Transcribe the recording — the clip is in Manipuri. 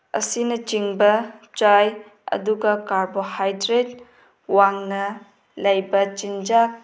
ꯑꯁꯤꯅꯆꯤꯡꯕ ꯆꯥꯏ ꯑꯗꯨꯒ ꯀꯥꯔꯕꯣꯍꯥꯏꯗ꯭ꯔꯦꯠ ꯋꯥꯡꯅ ꯂꯩꯕ ꯆꯤꯟꯖꯥꯛ